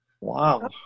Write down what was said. wow